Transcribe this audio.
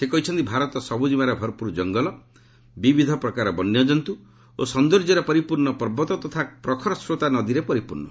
ସେ କହିଛନ୍ତି ଭାରତ ସବୁଜିମାରେ ଭରପୁର କଙ୍ଗଲ ବିବିଧ ପ୍ରକାରର ବନ୍ୟଜନ୍ତ ଓ ସୌନ୍ଦର୍ଯ୍ୟରେ ପରିପୂର୍ଣ୍ଣ ପର୍ବତ ତଥା ପ୍ରଖରସ୍ରୋତା ନଦୀରେ ପରିପୂର୍୍ଣ